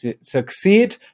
succeed